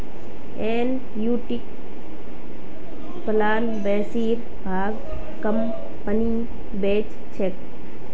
एनयूटीर प्लान बेसिर भाग कंपनी बेच छेक